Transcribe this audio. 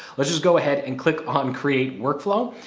let's just go ahead and click on create workflow.